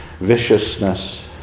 viciousness